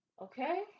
Okay